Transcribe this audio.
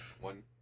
One